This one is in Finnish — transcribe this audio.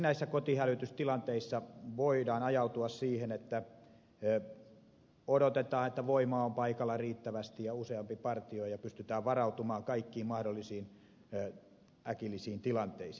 esimerkiksi kotihälytystilanteissa voidaan ajautua siihen että odotetaan että voimaa on paikalla riittävästi ja useampi partio ja pystytään varautumaan kaikkiin mahdollisiin äkillisiin tilanteisiin